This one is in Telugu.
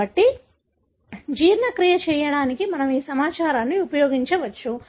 కాబట్టి జీర్ణక్రియ చేయడానికి మనం ఈ సమాచారాన్ని ఉపయోగించవచ్చు